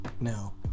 no